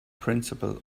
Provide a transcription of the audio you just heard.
principle